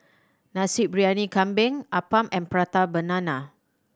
Nasi Briyani Kambing appam and Prata Banana